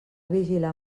vigilar